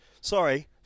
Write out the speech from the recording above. sorry